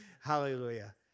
Hallelujah